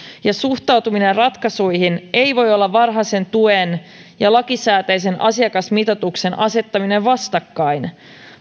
ja suhtautuminen ratkaisuihin ei voi olla varhaisen tuen ja lakisääteisen asiakasmitoituksen asettaminen vastakkain